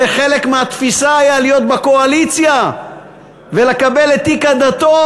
הרי חלק מהתפיסה היה להיות בקואליציה ולקבל את תיק הדתות,